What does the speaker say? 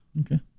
Okay